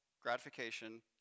gratification